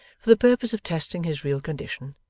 for the purpose of testing his real condition,